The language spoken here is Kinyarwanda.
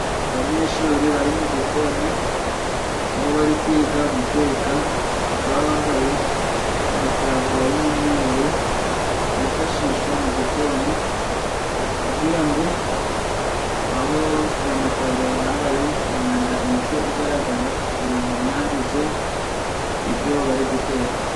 Abanyeshuri bari mu gikoni aho barikwiga guteka ,bakaba bambaye amataburiya y'umweru yifashishwa mu gikoni. Kugira ngo aho ayo mataburiya bambaye umwanda uhite ugaragara kugira ngo ntiyanduze ibyo bari guteka.